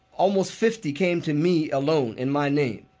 almost fifty came to me alone in my name.